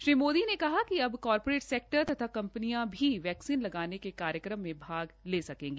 श्री मोदी ने कहा कि अब कॉर्पोरेट सेक्टर तथा कंपनियां भी वैक्सीन लगाने के कार्यक्रम में भाग ले सकेगी